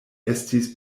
estis